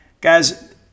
Guys